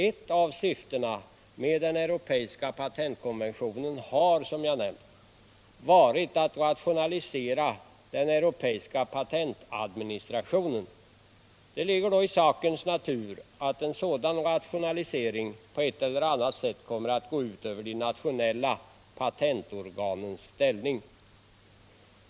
Eu av syftena med den europeiska patentkonventionen har, som jag nämnt, varit att rationalisera den europeiska patentadministrationen. Det ligger i sakens natur att en sådan rationalisering på ett eller annat sätt kommer att gå ut över de nationella patentorganens ställning.